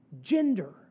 gender